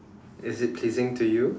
is it pleasing to you